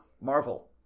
Marvel